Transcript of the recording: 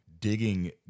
digging